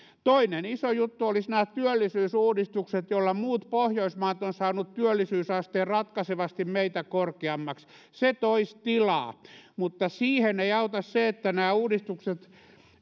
toinen iso juttu olisi työllisyysuudistukset joilla muut pohjoismaat ovat saaneet työllisyysasteen ratkaisevasti meitä korkeammaksi se toisi tilaa mutta siihen ei auta se että nämä uudistukset